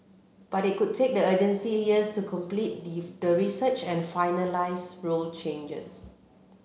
but it could take the agency years to complete the research and finalise rule changes